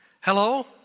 Hello